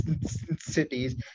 cities